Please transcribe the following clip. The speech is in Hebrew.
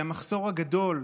היא המחסור הגדול,